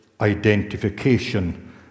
identification